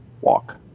walk